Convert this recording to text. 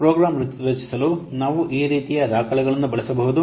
ಆದ್ದರಿಂದ ಪ್ರೋಗ್ರಾಂ ರಚಿಸಲು ನಾವು ಈ ರೀತಿಯ ದಾಖಲೆಗಳನ್ನು ಬಳಸಬೇಕು